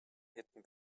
hidden